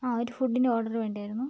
ആ ഒരു ഫുഡിൻ്റെ ഓർഡറിന് വേണ്ടിയായിരുന്നു